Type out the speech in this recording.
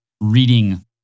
reading